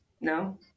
No